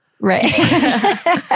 Right